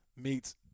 meets